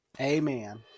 Amen